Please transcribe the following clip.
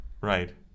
Right